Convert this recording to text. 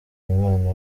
umwana